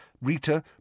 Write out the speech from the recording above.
Rita